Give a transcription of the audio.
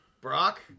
Brock